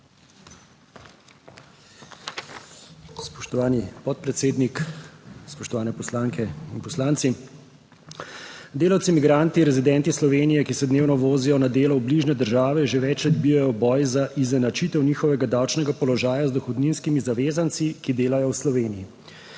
Spoštovani podpredsednik, spoštovane poslanke in poslanci! Delavci migranti, rezidenti Slovenije, ki se dnevno vozijo na delo v bližnje države, že več let bijejo boj za izenačitev njihovega davčnega položaja z dohodninskimi zavezanci, ki delajo v Sloveniji.